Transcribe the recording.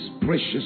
precious